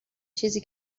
چیزی